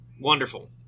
Wonderful